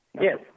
Yes